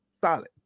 solid